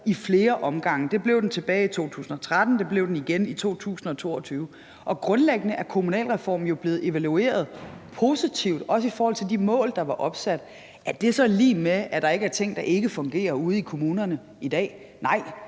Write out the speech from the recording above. ad flere omgange. Det blev den tilbage i 2013, og det blev den igen i 2022, og grundlæggende er kommunalreformen jo blevet evalueret positivt, også i forhold til de mål, der var opsat. Er det så lig med, at der ikke er ting, der ikke fungerer ude i kommunerne i dag? Nej,